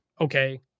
Okay